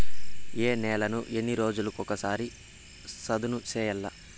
ఏ నేలను ఎన్ని రోజులకొక సారి సదును చేయల్ల?